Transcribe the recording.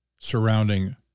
surrounding